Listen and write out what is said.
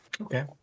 Okay